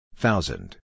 Thousand